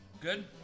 Good